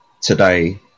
today